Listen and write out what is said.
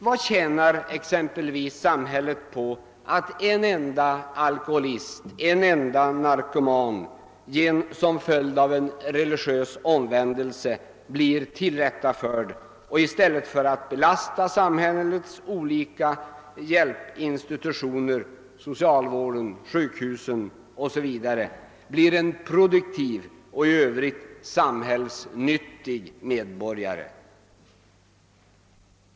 Vad tjänar samhället exempelvis på att en enda alkoholist eller en enda narkoman som följd av en religiös omvändelse blir tillrättaförd och i stället för att belasta socialvården, sjukhusen och andra samhällets hjälpinstitutioner blir en produktiv och i övrigt samhällsnyttig medborgare?